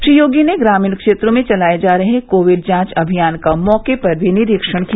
श्री योगी ने ग्रामीण क्षेत्रों में चलाये जा रहे कोविड जांच अभियान का मौके पर निरीक्षण भी किया